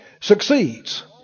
succeeds